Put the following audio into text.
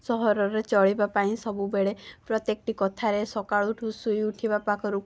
ସହରରେ ଚଳିବା ପାଇଁ ସବୁବେଳେ ପ୍ରତ୍ୟେକଟି କଥାରେ ସକାଳଠୁ ଶୋଇ ଉଠିବା ପାଖରୁ